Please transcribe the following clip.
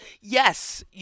yes